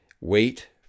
Wait